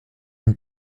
une